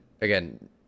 again